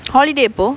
holiday எப்போ:eppo